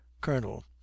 Colonel